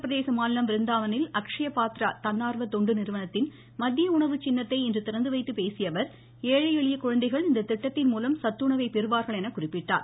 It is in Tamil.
உத்திரப்பிரதேச மாநிலம் விருந்தாவனில் அக்ஷய பாத்ரா தன்னார்வ தொண்டு நிறுவனத்தின் மதிய உணவு சின்னத்தை இன்று திறந்துவைத்துப் பேசியஅவர் ஏழை எளிய குழந்தைகள் இந்த திட்டத்தின்மூலம் சத்துணவை பெறுவார்கள் என்று குறிப்பிட்டார்